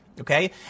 okay